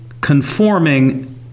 conforming